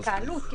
זו התקהלות,